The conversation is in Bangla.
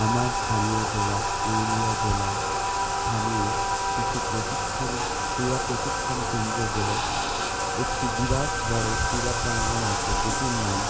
আমার স্থানীয় জেলা পুরুলিয়া জেলায় স্থানীয় কিছু প্রশিক্ষণ ক্রীড়া প্রশিক্ষণ কেন্দ্র হল একটি বিরাট বড়ো ক্রীড়া প্রাঙ্গন আছে যেটির নাম